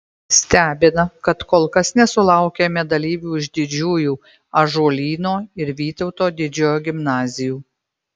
stebina kad kol kas nesulaukėme dalyvių iš didžiųjų ąžuolyno ir vytauto didžiojo gimnazijų